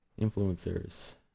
influencers